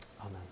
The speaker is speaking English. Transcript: amen